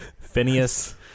Phineas